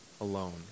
alone